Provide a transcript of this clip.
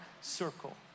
circle